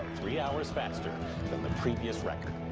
three hours faster than the previous record.